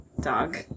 Dog